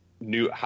new